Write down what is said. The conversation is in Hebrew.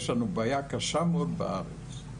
יש לנו בעיה קשה מאוד בארץ.